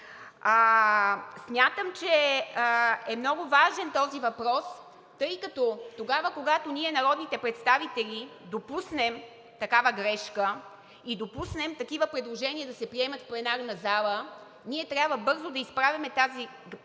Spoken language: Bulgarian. Смятам, че е много важен този въпрос. Когато ние, народните представители, допуснем такава грешка и допуснем такива предложения да се приемат в пленарната зала, ние трябва бързо да изправяме тази допусната